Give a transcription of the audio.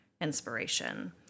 inspiration